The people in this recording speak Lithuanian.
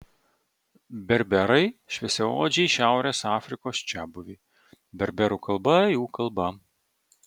berberai šviesiaodžiai šiaurės afrikos čiabuviai berberų kalba jų kalba